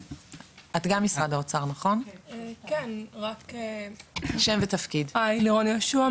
אני לירון יהושע,